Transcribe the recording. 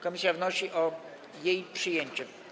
Komisja wnosi o jej przyjęcie.